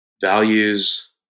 values